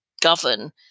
govern